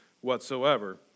whatsoever